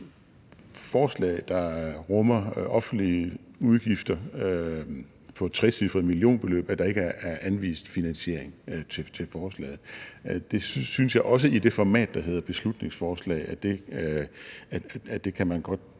forslag, der rummer offentlige udgifter på et trecifret millionbeløb – at der ikke er anvist finansiering til forslaget. Det synes jeg også godt man kan gøre i det format, der hedder beslutningsforslag, fordi det jo